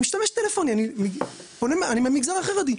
אני משתמש טלפוני, אני מהמגזר החרדי.